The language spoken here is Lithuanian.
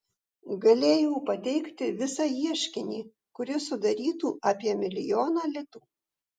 galėjau pateikti visą ieškinį kuris sudarytų apie milijoną litų